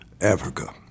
Africa